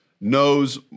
knows